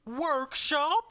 Workshop